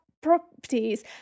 properties